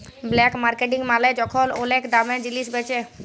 black marketing মালে যখল ওলেক দামে জিলিস বেঁচে